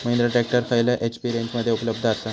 Mahindra tractor खयल्या HP रेंजमध्ये उपलब्ध आसा?